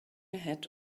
ahead